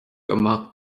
amach